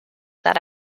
that